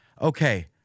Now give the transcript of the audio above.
Okay